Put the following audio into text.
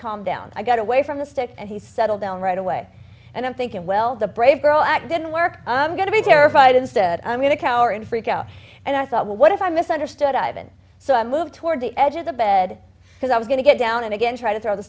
calmed down i got away from the stick and he settled down right away and i'm thinking well the brave girl at didn't work i'm going to be terrified instead i'm going to cower in freak out and i thought well what if i misunderstood ivan so i moved toward the edge of the bed because i was going to get down and again try to throw the